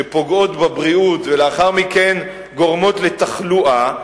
שפוגעות בבריאות ולאחר מכן גורמות לתחלואה,